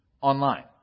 online